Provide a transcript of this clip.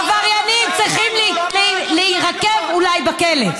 עבריינים צריכים להירקב אולי בכלא,